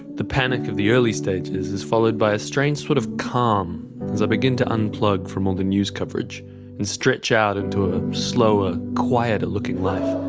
the panic of the early stages is followed by a strange sort of calm as i begin to unplug from all the news coverage and stretch out into a slower, quieter looking life.